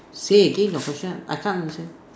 say again your question I can't understand